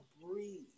breathe